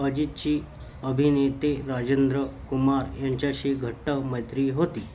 अजितची अभिनेते राजेंद्र कुमार ह्यांच्याशी घट्ट मैत्री होती